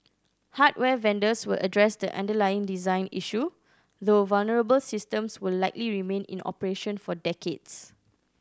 hardware vendors will address the underlying design issue though vulnerable systems will likely remain in operation for decades